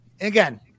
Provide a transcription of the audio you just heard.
Again